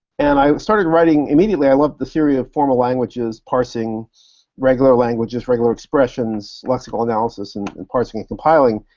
and i started writing, immediately i loved the theory of formal languages parsing regular languages, regular expressions, lexical analysis, and and parsing and compiling,